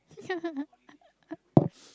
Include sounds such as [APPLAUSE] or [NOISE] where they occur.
[LAUGHS]